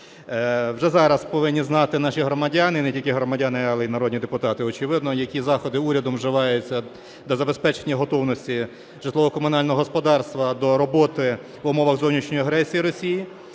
Вже зараз повинні знати наші громадяни, і не тільки громадяни, а й народні депутати, очевидно, які заходи урядом вживаються для забезпечення готовності житлово-комунального господарства до роботи в умовах зовнішньої агресії Росії,